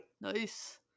Nice